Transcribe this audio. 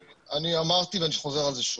אני אמרתי ואני חוזר על זה שוב,